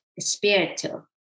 spiritual